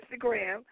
Instagram